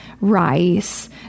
rice